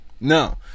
No